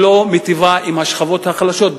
שלא מיטיבה עם השכבות החלשות,